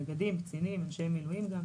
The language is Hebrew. נגדים, קצינים וגם אנשי מילואים.